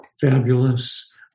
fabulous